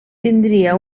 tindria